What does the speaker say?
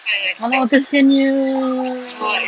!alah! kesiannya you but did you tell him that